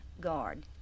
guard